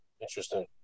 Interesting